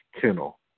kennel